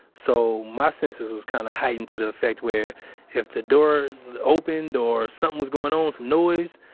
so, my senses was kind of heightened to the effect where if the door opened or something was going on, some noise,